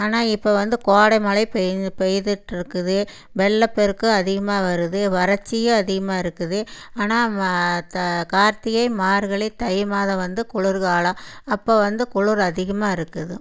ஆனால் இப்போ வந்து கோடை மழை பெய்துட்டு இருக்குது வெள்ளப் பெருக்கு அதிகமாக வருது வறட்சியும் அதிகமாக இருக்குது ஆனால் கார்த்திகை மார்கழி தைமாதம் வந்து குளிர் காலம் அப்போ வந்து குளிர் அதிகமாக இருக்குது